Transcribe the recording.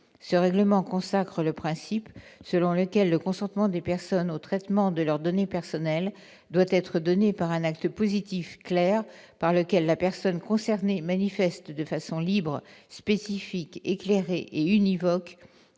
Ce règlement consacre le principe selon lequel le consentement des personnes au traitement de leurs données personnelles doit être donné par un acte positif clair, par lequel la personne concernée manifeste de façon libre, spécifique, éclairée et univoque